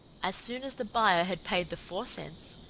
as soon as the buyer had paid the four cents,